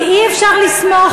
כי אי-אפשר לסמוך,